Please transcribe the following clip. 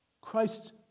Christ